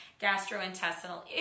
gastrointestinal